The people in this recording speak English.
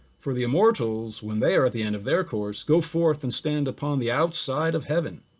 for the immortals, when they are at the end of their course, go forth and stand upon the outside of heaven.